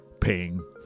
paying